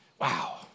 Wow